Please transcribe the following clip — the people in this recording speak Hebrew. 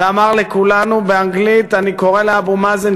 ואמר לכולנו באנגלית: אני קורא לאבו מאזן,